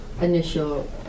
initial